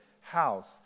House